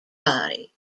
body